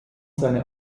seine